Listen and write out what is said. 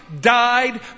died